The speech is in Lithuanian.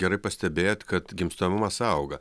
gerai pastebėjot kad gimstamumas auga